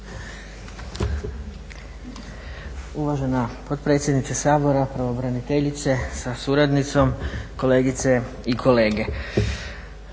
Uvažena potpredsjednice Sabora, pravobraniteljice sa suradnicom, kolegice i kolege.